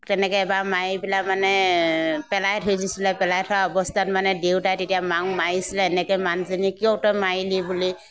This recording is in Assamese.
তেনেকৈ এবাৰ মাৰি পেলাই মানে পেলাই থৈ দিছিলে পেলাই থোৱা অৱস্থাত মানে দেউতাই তেতিয়া মাক মাৰিছিলে এনেকৈ মানুহজনী কিয় তই মাৰিলি বুলি